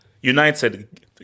United